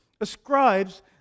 ascribes